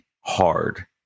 hard